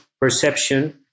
perception